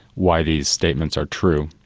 why these statements are true.